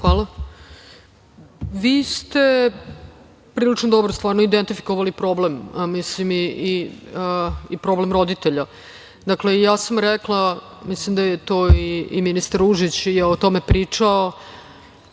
Hvala. Vi ste prilično dobro identifikovali problem, mislim i problem roditelja. Dakle, ja sam rekla, mislim da je i ministar Ružić o tome pričao,